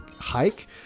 hike